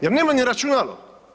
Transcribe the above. Jer nemaju ni računalo.